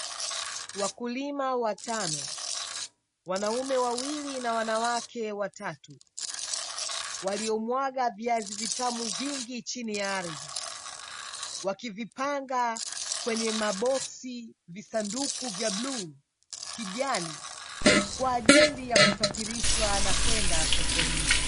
Wakulima watano, wanaume wawili na wanawake watatu; waliomwaga viazi vitamu vingi chini ya ardhi. Wakivipanga kwenye maboksi visanduku vya bluu, kijani; kwa ajili ya kusafirishwa na kwenda sokoni.